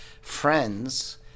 friends